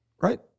Right